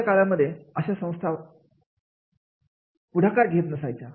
पहिल्या काळामध्ये संस्था अशा पद्धतीने पुढाकार घेत नसायच्या